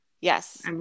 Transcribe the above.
Yes